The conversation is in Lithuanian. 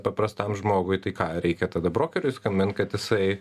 paprastam žmogui tai ką reikia tada brokeriui skambint kad jisai